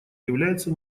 является